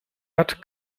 hat